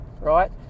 right